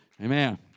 Amen